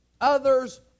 others